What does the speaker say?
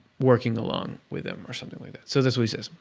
working along with them, or something. like so that's what he says.